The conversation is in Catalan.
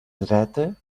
dreta